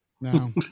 No